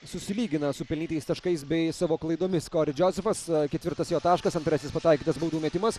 susilygina su pelnytais taškais bei savo klaidomis kori džozefas ketvirtas jo taškas antrasis pataikytas baudų metimas